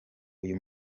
uyu